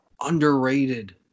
Underrated